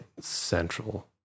central